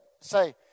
Say